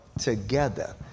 together